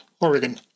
Oregon